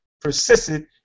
persisted